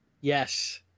Yes